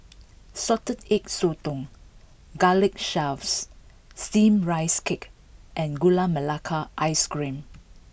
Salted Egg Sotong Garlic Chives Steamed Rice Cake and Gula Melaka Ice Cream